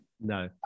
no